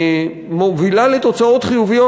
והחכמה מובילה לתוצאות חיוביות,